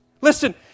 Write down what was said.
Listen